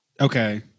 Okay